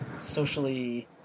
socially